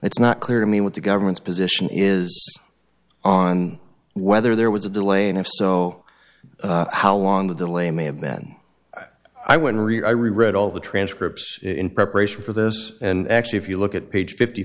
it's not clear to me what the government's position is on whether there was a delay and if so how long the delay may have been i would read i re read all the transcripts in preparation for this and actually if you look at page fifty